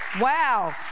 wow